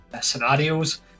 scenarios